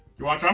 you want some?